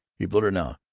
he blurted now,